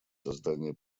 создания